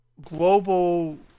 global